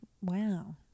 wow